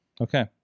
okay